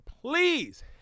Please